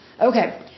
Okay